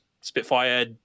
Spitfire